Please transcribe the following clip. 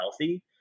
healthy